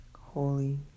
Holy